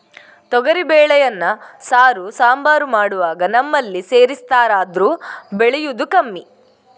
ತೊಗರಿ ಬೇಳೆಯನ್ನ ಸಾರು, ಸಾಂಬಾರು ಮಾಡುವಾಗ ನಮ್ಮಲ್ಲಿ ಸೇರಿಸ್ತಾರಾದ್ರೂ ಬೆಳೆಯುದು ಕಮ್ಮಿ